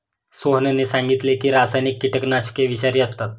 सोहनने सांगितले की रासायनिक कीटकनाशके विषारी असतात